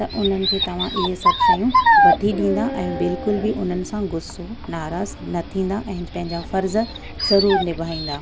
उन्हनि खे तव्हां ईअं सभु शयूं वठी ॾींदा ऐं बिल्कुलु बि उन्हनि सां गुसो नाराज़ न थींदा ऐं पंहिंजा फर्ज़ु ज़रूर निभाईंदा